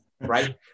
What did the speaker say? right